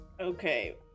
Okay